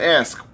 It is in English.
ask